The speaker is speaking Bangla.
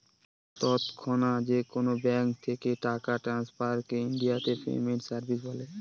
তৎক্ষণাৎ যেকোনো ব্যাঙ্ক থেকে টাকা ট্রান্সফারকে ইনডিয়াতে পেমেন্ট সার্ভিস বলে